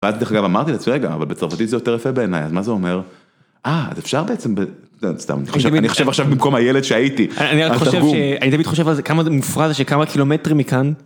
ואז דרך אגב אמרתי לעצמי רגע, אבל בצרפתית זה יותר יפה בעיניי, אז מה זה אומר? אה, אז אפשר בעצם, ב.. סתם, אני חושב עכשיו במקום הילד שהייתי, אני חושב שאני תמיד חושב על זה, כמה זה מופרע שכמה קילומטרים מכאן...